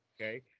Okay